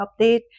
update